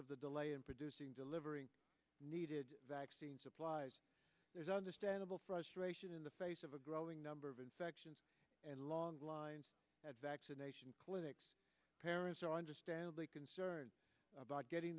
of the delay in producing delivering needed supplies there's understandable frustration in the face of a growing number of infections and long lines at vaccination clinics parents are understandably concerned about getting